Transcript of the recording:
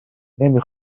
نمی